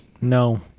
No